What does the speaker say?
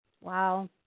Wow